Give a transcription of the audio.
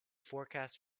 forecast